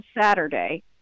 Saturday